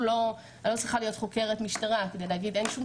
אני לא צריכה להיות חוקרת משטרה כדי להגיד שאין שום